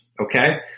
Okay